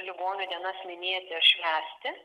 ligonių dienas minėti ir švęsti